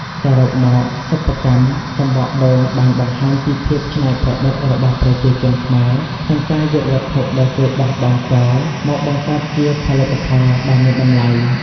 សរុបមក សិប្បកម្មសំបកដូងបានបង្ហាញពីភាពច្នៃប្រឌិតរបស់ប្រជាជនខ្មែរក្នុងការយកវត្ថុដែលគេបោះបង់ចោលមកបង្កើតជាផលិតផលដ៏មានតម្លៃ។